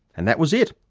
and that was it.